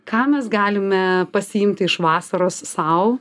ką mes galime pasiimti iš vasaros sau